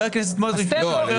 שנים?